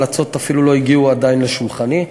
ההמלצות אפילו לא הגיעו עדיין לשולחני,